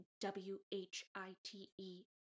W-H-I-T-E